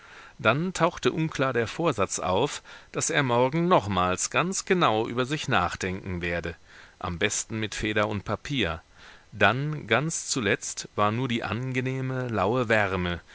dann tauchte unklar der vorsatz auf daß er morgen nochmals ganz genau über sich nachdenken werde am besten mit feder und papier dann ganz zuletzt war nur die angenehme laue wärme